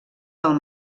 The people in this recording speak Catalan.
del